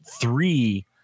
three